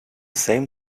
same